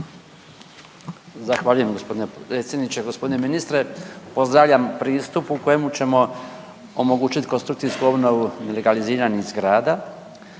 Zahvaljujem g. predsjedniče. Gospodine ministre, pozdravljam pristup u kojemu ćemo omogućit konstrukcijsku obnovu legaliziranih zgrada,